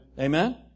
Amen